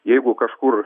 jeigu kažkur